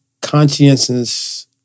conscientious